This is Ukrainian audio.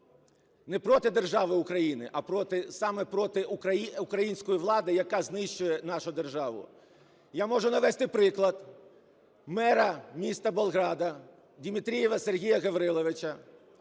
не проти держави України, а саме проти української влади, яка знищує нашу державу. Я можу навести приклад мера міста Болграда Димитрієва Сергія Гавриловича,